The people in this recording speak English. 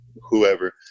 whoever